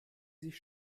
sich